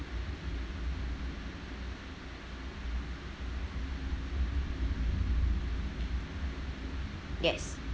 yes